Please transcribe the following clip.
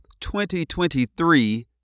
2023